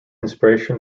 inspiration